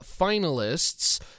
finalists